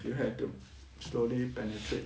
you have to slowly penetrate